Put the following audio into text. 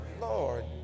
lord